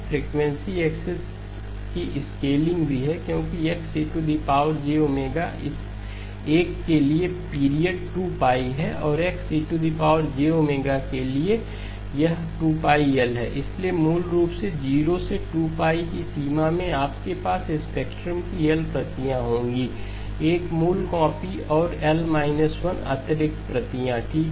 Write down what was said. frequency axis की scaling भी है क्योंकि X इस एक के लिए पीरियड 2π है और X के लिए 2πL है इसलिए मूल रूप से 0 से 2π की सीमा में आपके पास स्पेक्ट्रम की L प्रतियां होंगी एक मूल कॉपी और L 1 अतिरिक्त प्रतियां ठीक है